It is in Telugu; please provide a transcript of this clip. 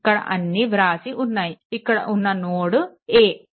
ఇక్కడ అన్నీ వ్రాసి ఉన్నాయి ఇక్కడ ఉన్న నోడ్ a